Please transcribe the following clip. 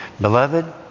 Beloved